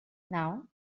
now